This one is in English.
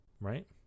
Right